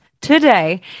today